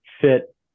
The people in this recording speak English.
fit